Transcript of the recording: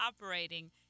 operating